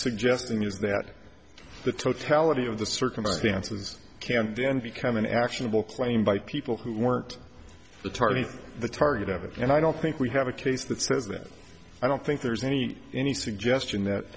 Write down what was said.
is that the totality of the circumstances can then become an actionable claim by people who weren't the target the target of it and i don't think we have a case that says that i don't think there's any any suggestion that